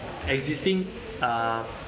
existing uh